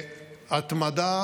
בהתמדה